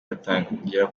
batangira